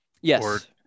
Yes